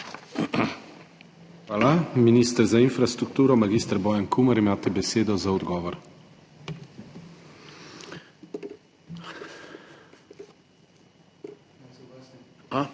Hvala. Minister za infrastrukturo mag. Bojan Kumer, imate besedo za odgovor.